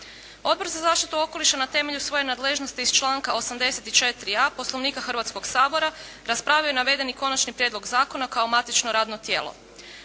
Odbor za zaštitu okoliša na temelju svoje nadležnosti iz članka 84.a Poslovnika Hrvatskog sabora raspravio je navedeni konačni prijedlog zakona kao matično radno tijelo.